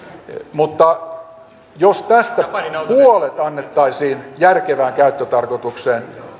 mutta jos tästä puolet annettaisiin järkevään käyttötarkoitukseen